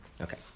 Okay